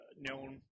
known